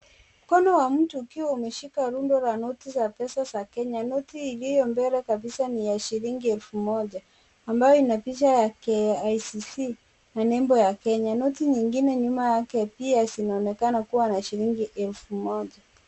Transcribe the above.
Mkono wa mtu ukiwa umeshika rundo la noti za pesa ya Kenya. Noti iliyo mbele kabisa ni ya shilingi elfu moja ambayo inapicha ya KICC na nembo ya Kenya. Noti nyingine nyuma yake pia zinaonekana kuwa ya shilingi elfu moja.